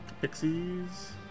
Pixies